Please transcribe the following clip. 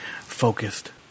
focused